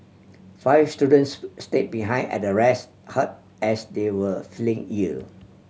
five students stay behind at the rest hut as they were feeling ill